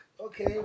okay